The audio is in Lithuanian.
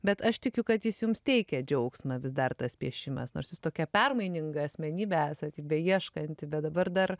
bet aš tikiu kad jis jums teikia džiaugsmą vis dar tas piešimas nors jūs tokia permaininga asmenybė esat beieškanti bet dabar dar